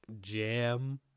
jam